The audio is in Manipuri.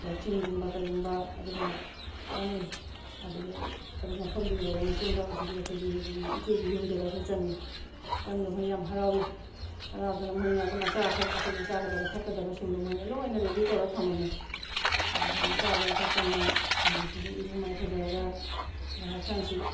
ꯑꯗ ꯆꯤꯡꯒꯨꯝꯕ ꯀꯔꯤꯒꯨꯝꯕ ꯑꯗꯨꯒꯨꯝꯕ ꯃꯌꯥꯝ ꯎꯏ ꯑꯗꯒꯤ ꯑꯗꯨ ꯃꯐꯝꯗꯣ ꯌꯧꯔ ꯃꯇꯨꯡꯗ ꯍꯧꯖꯤꯛꯀꯤ ꯑꯩꯈꯣꯏꯒꯤ ꯍꯧꯖꯤꯛꯀꯤ ꯏꯆꯦꯒꯤ ꯌꯨꯝꯗꯨꯗ ꯑꯩꯈꯣꯏ ꯆꯪꯉꯦ ꯆꯪꯕꯗ ꯃꯣꯏ ꯌꯥꯝ ꯍꯔꯥꯎꯏ ꯍꯔꯥꯎꯗꯅ ꯃꯣꯏꯅ ꯑꯗꯨꯝ ꯑꯆꯥ ꯑꯊꯛ ꯑꯩꯈꯣꯏꯅ ꯆꯥꯒꯗꯕ ꯊꯛꯀꯗꯕꯁꯤꯡꯗꯣ ꯃꯣꯏꯅ ꯂꯣꯏꯅ ꯔꯦꯗꯤ ꯇꯧꯔ ꯊꯃꯝꯃꯦ ꯑꯗ ꯑꯩꯈꯣꯏꯅ ꯆꯥꯗꯅ ꯊꯛꯇꯅ ꯃꯣꯏꯒꯤꯁꯤꯗ ꯏꯔꯨ ꯃꯥꯏꯊꯖꯔꯒ ꯑꯩꯈꯣꯏ ꯍꯛꯆꯥꯡꯁꯤ